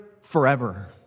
forever